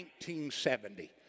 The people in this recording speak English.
1970